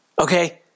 Okay